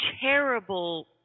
terrible